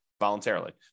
voluntarily